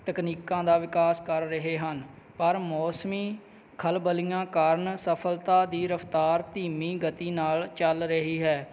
ਤਕਨੀਕਾਂ ਦਾ ਵਿਕਾਸ ਕਰ ਰਹੇ ਹਨ ਪਰ ਮੌਸਮੀ ਖਲਬਲੀਆਂ ਕਾਰਣ ਸਫਲਤਾ ਦੀ ਰਫਤਾਰ ਧੀਮੀ ਗਤੀ ਨਾਲ ਚੱਲ ਰਹੀ ਹੈ